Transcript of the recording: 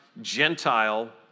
Gentile